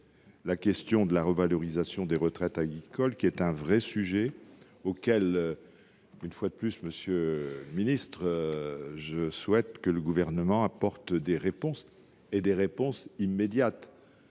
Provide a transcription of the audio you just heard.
la question de la revalorisation des retraites agricoles, qui est un vrai sujet, auquel, une fois de plus, monsieur le secrétaire d'État, je souhaite que le Gouvernement apporte des réponses immédiates.